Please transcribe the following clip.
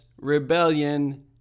rebellion